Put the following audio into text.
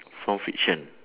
from fiction